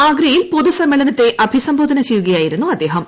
ആഗ്രയിൽ പൊതു സമ്മേളനത്തെ അഭിസംബോധന ചെയ്യുകയായിരുന്നു അദ്ദേഹം